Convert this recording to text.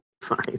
fine